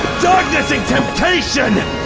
darkness and temptation!